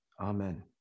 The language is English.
Amen